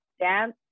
dance